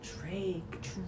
Drake